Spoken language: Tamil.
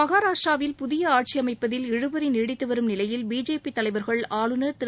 மகாராஷ்டிராவில் புதிய ஆட்சி அமைப்பதில் இழுபறி நீடித்துவரும் நிலையில் பிஜேபி தலைவர்கள் ஆளுநர் திரு